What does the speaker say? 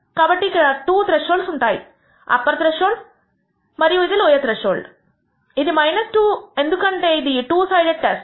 కాబట్టి ఇక్కడ 2 త్రెష్హోల్డ్స్ ఉంటాయిఅప్పర్ త్రెష్హోల్డ్ ఇది మరియు లోయర్ త్రెష్హోల్డ్ ఇది 2 ఎందుకంటే ఇది టూ సైడెడ్ టెస్ట్స్